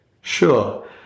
Sure